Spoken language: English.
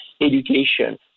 education